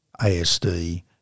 ASD